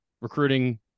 recruiting